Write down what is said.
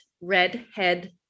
Redhead